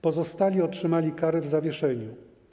Pozostali otrzymali kary w zawieszeniu.